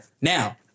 Now